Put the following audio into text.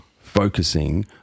focusing